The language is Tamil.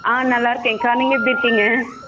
ஆ நல்லாருக்கேக்கா நீங்கள் எப்படி இருக்கீங்க